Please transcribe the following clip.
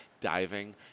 diving